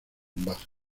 baja